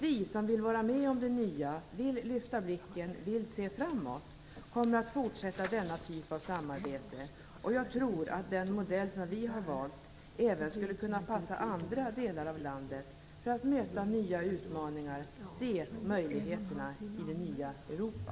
Vi som vill vara med om det nya, vill lyfta blicken, vill se framåt, kommer att fortsätta denna typ av samarbete. Jag tror att den modell som vi har valt även skulle kunna passa andra delar av landet för att möta nya utmaningar, se möjligheterna i det nya Europa.